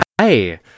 hi